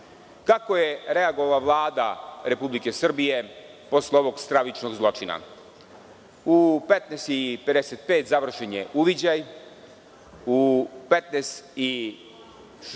list. Kako je reagovala Vlada Republike Srbije posle ovog stravičnog zločina? U 15,55 časova završen je uviđaj, u 15,57